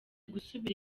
gusubira